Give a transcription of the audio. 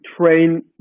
train